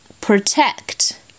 protect